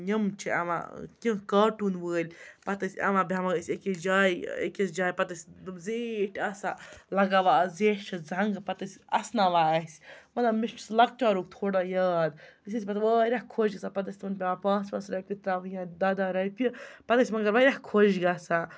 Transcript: یِم چھِ یِوان کیٚںٛہہ کاٹون وٲلۍ پَتہٕ ٲسۍ یِوان بیٚہوان ٲسۍ أکِس جایہِ أکِس جایہِ پَتہٕ ٲسۍ زیٖٹھ آسان لَگاوان ٲسۍ زیچھہِ زَنگہٕ پَتہٕ ٲسۍ اَسناوان اَسہِ مطلب مےٚ چھُ سُہ لَکچارُک تھوڑا یاد أسۍ ٲسۍ پَتہٕ واریاہ خۄش گَژھان پَتہٕ ٲسۍ تِمَن پیٚوان پانژھ پانژھ رۄپیہِ تراونہِ یا دَہ دَہ رۄپیہِ پَتہٕ ٲسۍ مگر واریاہ خۄش گَژھان